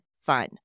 fun